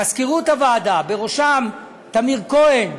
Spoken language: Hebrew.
מזכירות הוועדה, בראשם טמיר כהן,